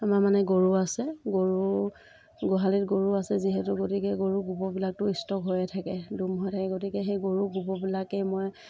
আমাৰ মানে গৰু আছে গৰু গোহালিত গৰু আছে যিহেতু গতিকে গৰু গোবৰবিলাকতো ষ্টক হৈয়ে থাকে দ'ম হৈ থাকে গতিকে সেই গৰু গোবৰবিলাকেই মই